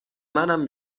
منم